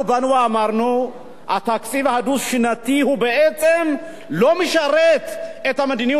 התקציב הדו-שנתי בעצם לא משרת את המדיניות הכלכלית של הממשלה,